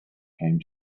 came